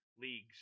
leagues